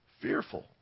fearful